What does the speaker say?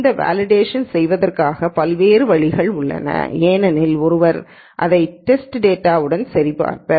இந்த வலிடேஷன் செய்வதற்கான பல்வேறு வழிகள் உள்ளன ஏனெனில் ஒருவர் அதை டேஸ்டு டேட்டாவுடன் சரி பார்ப்பார்